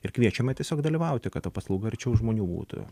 ir kviečiame tiesiog dalyvauti kad ta paslauga arčiau žmonių būtų